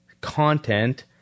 content